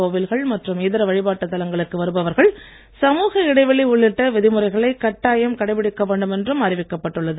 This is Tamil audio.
கோவில்கள் மற்றும் இதர வழிபாட்டுத் தலங்களுக்கு வருபவர்கள் சமூக இடைவெளி உள்ளிட்ட விதிமுறைகளை கட்டாயம் கடைப்பிடிக்க வேண்டும் என்றும் அறிவிக்கப் பட்டுள்ளது